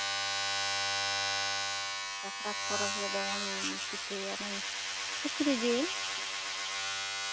ᱥᱟᱠᱨᱟᱛ ᱯᱚᱨᱚᱵᱽ ᱨᱮᱫᱚ ᱵᱚᱱ ᱯᱤᱴᱷᱟᱹᱭᱟ ᱥᱩᱠᱨᱤ ᱡᱤᱞ